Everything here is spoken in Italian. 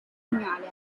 pugnale